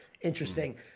Interesting